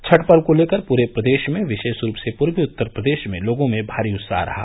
छठ पर्व को लेकर पूरे प्रदेश में विशेष रूप से पूर्वी उत्तर प्रदेश में लोगों में भारी उत्साह रहा